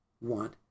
want